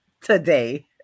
today